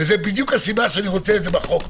זו בדיוק הסיבה שאני רוצה את זה בחוק,